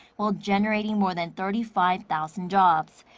while generating more than thirty five thousand jobs.